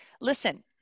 Listen